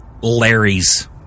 Larry's